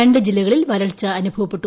രണ്ട് ജില്ലകളിൽ വരൾച്ചയനുഭവപ്പെട്ടു